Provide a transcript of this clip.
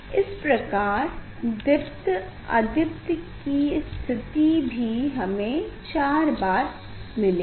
इसी प्रकार दीप्त अदीप्त कि स्थिति भी हमे 4 बार मिलेगा